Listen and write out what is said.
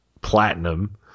Platinum